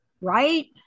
right